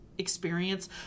experience